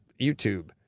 YouTube